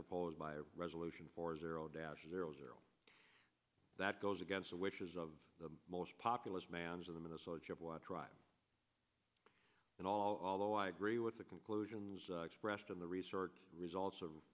proposed by resolution four zero dash zero zero that goes against the wishes of the most populous manners of the minnesota chippewa tribe and although i agree with the conclusions expressed in the resort results of